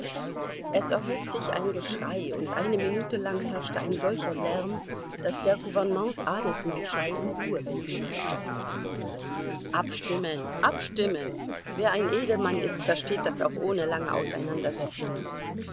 es erhob sich ein geschrei und eine minute lang herrschte ein solcher lärm daß der gouvernements adelsmarschall um ruhe bitten mußte abstimmen abstimmen wer ein edelmann ist versteht das auch ohne lange auseinandersetzungen